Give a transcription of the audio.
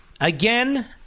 again